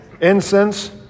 Incense